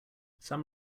some